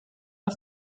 auf